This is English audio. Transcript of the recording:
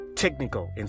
technical